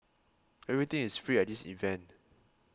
everything is free at this event